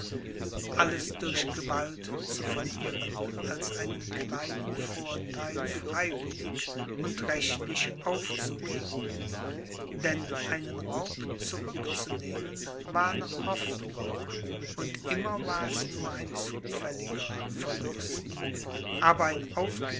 alles durch gewalt zu verlieren als einen kleinen vortheil freiwillig und rechtlich aufzugeben denn einen raub zurückzunehmen war noch hoffnung und immer war es nur ein zufälliger verlust aber ein